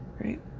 Right